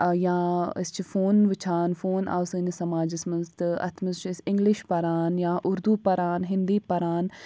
یا أسی چھِ فون وُِچھان فون آو سٲنِس سَماجس منٛز تہٕ اَتھ منٛز چھِ أسۍ اِنگلِش پَران یا اُردو پران ہینٛدی پران